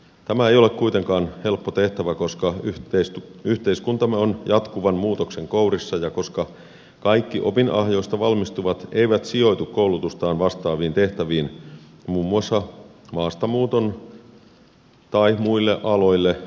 tämä ei ole kuitenkaan helppo tehtävä koska yhteiskuntamme on jatkuvan muutoksen kourissa ja koska kaikki opinahjoista valmistuvat eivät sijoitu koulutustaan vastaaviin tehtäviin muun muassa maastamuuton tai muille aloille siirtymisen takia